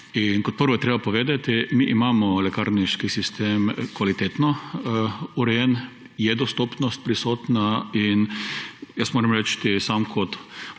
In kot prvo je treba povedati, mi imamo lekarniški sistem kvalitetno urejen, je dostopnost prisotna in jaz moram reči sam kot